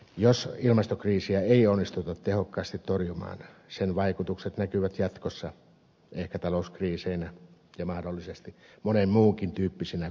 jos ilmastokriisiä ei onnistuta tehokkaasti torjumaan sen vaikutukset näkyvät jatkossa ehkä talouskriiseinä ja mahdollisesti monen muunkin tyyppisinä konflikteina